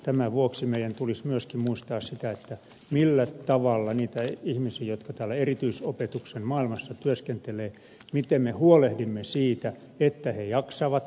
tämän vuoksi meidän tulisi myöskin muistaa se millä tavalla niitä ihmisiä täällä erityisopetuksen maailmassa työskentelee miten me huolehdimme siitä että ne ihmiset jotka täällä erityisopetuksen maailmassa työskentelevät jaksavat